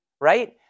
Right